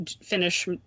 finish